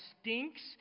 stinks